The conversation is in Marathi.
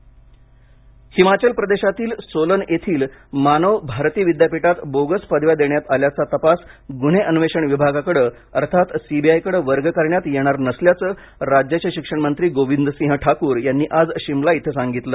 विद्यापीठ बोगस पदवी हिमाचल प्रदेशातील सोलन येथील मानव भारती विद्यापीठात बोगस पदव्या देण्यात आल्याचा तपास गुन्हे अन्वेषण विभागाकडे अर्थात सी बी आय कडे वर्ग करण्यात येणार नसल्याचं राज्याचे शिक्षण मंत्री गोविंद सिंह ठाकूर यांनी आज शिमला इथं सांगितलं